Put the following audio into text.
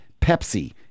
Pepsi